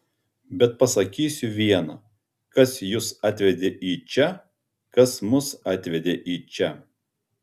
bet pasakysiu viena kas jus atvedė į čia kas mus atvedė į čia